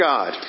God